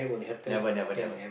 never never never